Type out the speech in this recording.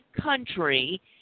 country